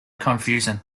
confusion